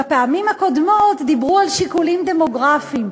בפעמים הקודמות דיברו על שיקולים דמוגרפיים.